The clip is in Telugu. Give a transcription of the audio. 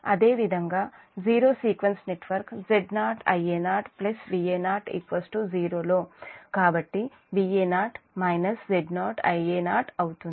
అదేవిధంగా zero sequence network Z0 Ia0 Va0 0 లో కాబట్టి Va0 Z0 Ia0 అవుతుంది